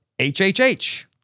HHH